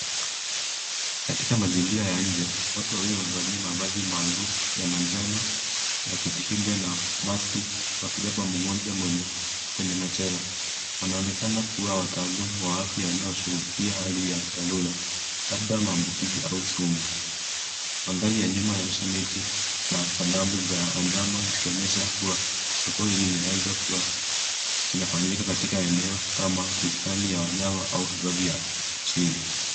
Katika mazingira ya nje, watu wawili wamevalia mavazi maalum ya manjano ya kujikinga na maski, wakibeba mgonjwa kwenye machela. Wanaonekana kuwa wataalam wa afya wanashughulikia hali ya dharura, labda maambukizi au sumu. Mandhari ya nyuma yanaonyesha miti na sanamu za wanyama, zikionyesha kuwa tukio hili linaweza kuwa linafanyika katika eneo kama bustani ya wanyama au hifadhi ya siri.